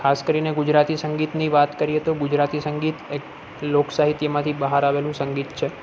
ખાસ કરીને ગુજરાતી સંગીતની વાત કરીએ તો ગુજરાતી સંગીત એક લોક સાહિત્યમાંથી બહાર આવેલું સંગીત છે